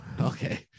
okay